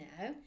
now